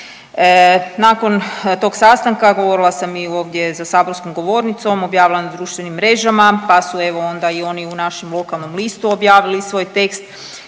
Nakon tog sastanka govorila sam i ovdje za saborskom govornicom, objavila na društvenim mrežama, pa su evo onda i oni u našem lokalnom listu objavili svoj tekst